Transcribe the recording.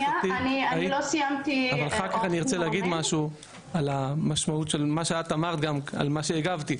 אני רוצה להגיד משהו על המשמעות של מה שגם את אמרת על מה שהגבתי.